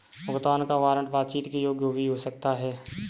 भुगतान का वारंट बातचीत के योग्य हो भी सकता है